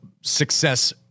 success